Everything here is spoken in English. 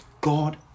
God